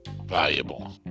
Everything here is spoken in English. valuable